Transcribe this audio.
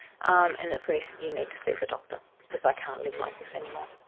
um and that's when he said, you need to see the doctor because i can't live like this anymore.